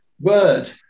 Word